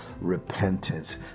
repentance